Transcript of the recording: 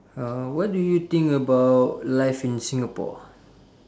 uh what do you think about life in singapore